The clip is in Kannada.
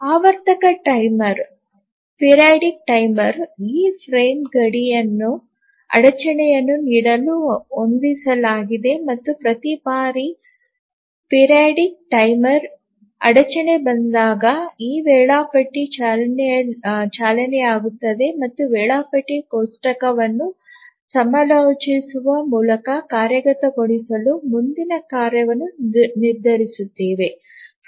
ಆವರ್ತಕ ಟೈಮರ್ ಈ ಫ್ರೇಮ್ ಗಡಿಗಳಲ್ಲಿ ಅಡಚಣೆಯನ್ನು ನೀಡಲು ಹೊಂದಿಸಲಾಗಿದೆ ಮತ್ತು ಪ್ರತಿ ಬಾರಿ ಆವರ್ತಕ ಟೈಮರ್ ಅಡಚಣೆ ಬಂದಾಗ ಈ ವೇಳಾಪಟ್ಟಿ ಚಾಲನೆಯಾಗುತ್ತದೆ ಮತ್ತು ವೇಳಾಪಟ್ಟಿ ಕೋಷ್ಟಕವನ್ನು ಸಮಾಲೋಚಿಸುವ ಮೂಲಕ ಕಾರ್ಯಗತಗೊಳಿಸಲು ಮುಂದಿನ ಕಾರ್ಯವನ್ನು ನಿರ್ಧರಿಸುತ್ತದೆ